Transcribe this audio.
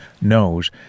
knows